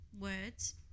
words